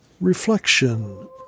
Reflection